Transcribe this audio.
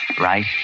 Right